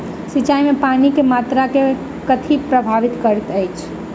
सिंचाई मे पानि केँ मात्रा केँ कथी प्रभावित करैत छै?